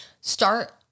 start